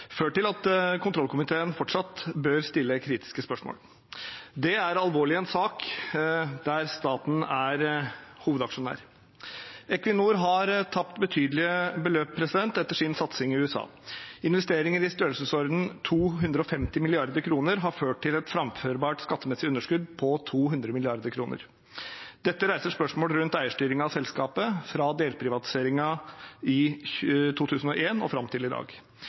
ført til at kontrollkomiteen fortsatt bør stille kritiske spørsmål. Det er alvorlig i en sak der staten er hovedaksjonær. Equinor har tapt betydelige beløp etter sin satsing i USA. Investeringer i størrelsesordenen 250 mrd. kr har ført til et framførbart skattemessig underskudd på 200 mrd. kr. Dette reiser spørsmål rundt eierstyringen av selskapet fra delprivatiseringen i 2001 og fram til i dag.